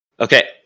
Okay